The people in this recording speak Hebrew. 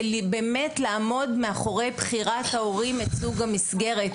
לעמוד מאחורי בחירת ההורים את סוג המסגרת.